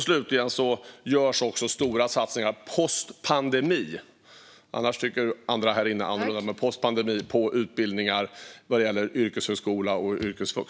Slutligen görs också stora satsningar post-pandemi på utbildningar inom yrkeshögskola och yrkesvux.